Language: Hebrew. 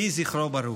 יהי זכרו ברוך.